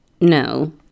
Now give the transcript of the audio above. no